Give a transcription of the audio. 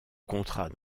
contrat